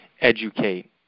educate